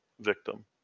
Victim